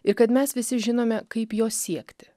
ir kad mes visi žinome kaip jos siekti